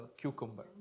cucumber